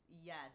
yes